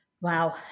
Wow